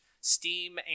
Steam